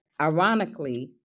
Ironically